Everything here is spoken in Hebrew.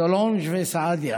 סולנג' וסעדיה